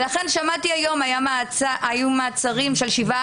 לכן שמעתי היום שהיו מעצרים של 17